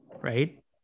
right